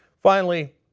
finally,